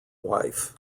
wife